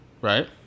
Right